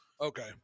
Okay